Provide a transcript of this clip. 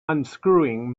unscrewing